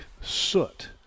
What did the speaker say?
soot